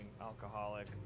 alcoholic